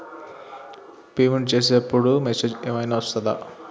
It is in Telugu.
పేమెంట్ చేసే అప్పుడు మెసేజ్ ఏం ఐనా వస్తదా?